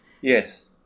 Yes